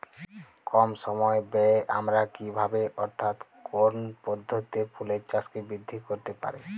কম সময় ব্যায়ে আমরা কি ভাবে অর্থাৎ কোন পদ্ধতিতে ফুলের চাষকে বৃদ্ধি করতে পারি?